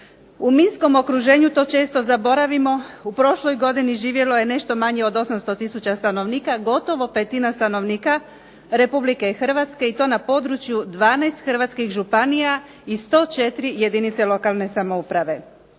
U minskom okruženju to često zaboravimo u prošloj godini živjelo je nešto manje od 800 tisuća stanovnika, gotovo petina stanovnika Republike Hrvatske i to na području 12 hrvatskih županija i 104 jedinice lokalne samouprave.